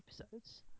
episodes